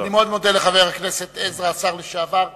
אני מאוד מודה לחבר הכנסת עזרא, השר לשעבר.